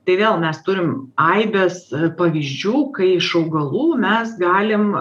tai vėl mes turim aibes pavyzdžių kai iš augalų mes galim